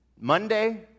Monday